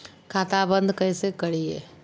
खाता बंद कैसे करिए?